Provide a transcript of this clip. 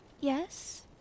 Yes